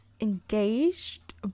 engaged